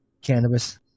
cannabis